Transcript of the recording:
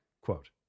quote